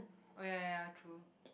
oh ya ya ya true